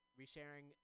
resharing